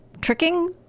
tricking